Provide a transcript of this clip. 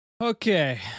Okay